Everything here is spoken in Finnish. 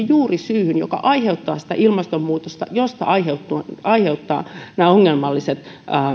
juurisyyhyn joka aiheuttaa ilmastonmuutosta joka aiheuttaa nämä ongelmalliset